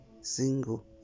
single